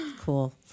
Cool